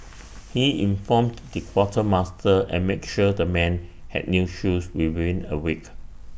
he informed the quartermaster and make sure the men had new shoes within A week